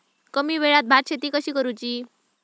कमी वेळात भात शेती कशी करुची?